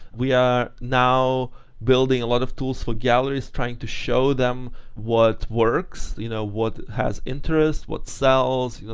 we are now building a lot of tools for galleries trying to show them what works, you know what has interest, what sells, you know